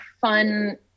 fun